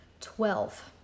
Twelve